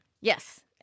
yes